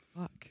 Fuck